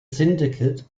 syndicate